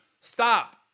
stop